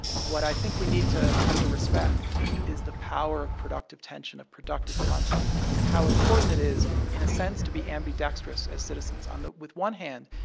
what i think we need to come to respect is the power of productive tension, of productive conflict and how important it is, in a sense, to be ambidextrous as citizens. one the with one hand,